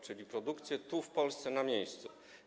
Chodzi o produkcję tu, w Polsce, na miejscu.